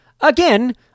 Again